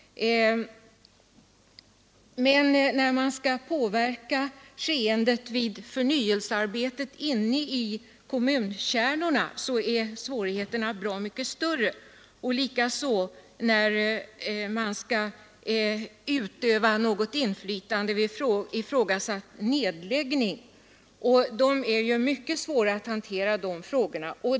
När man skall påverka skeendet vid förnyelsearbetet inne i kommunkärnorna är svårigheterna bra mycket större, likaså när man skall utöva något inflytande vid ifrågasatt nedläggning. Dessa problem är mycket svåra att hantera.